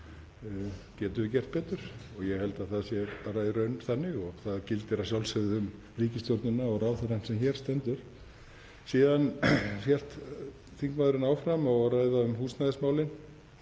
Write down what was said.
getum við gert betur? Ég held að það sé bara í raun þannig og það gildir að sjálfsögðu um ríkisstjórnina og ráðherrann sem hér stendur. Síðan hélt þingmaðurinn áfram og var að ræða um húsnæðismálin